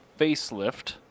facelift